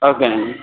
ఓకేనండి